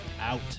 out